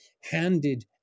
handed